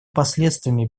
последствиями